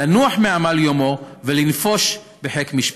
לנוח מעמל יומו ולנפוש בחיק משפחתו.